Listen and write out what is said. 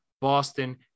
Boston